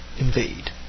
invade